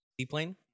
seaplane